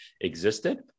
existed